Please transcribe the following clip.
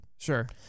Sure